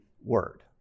word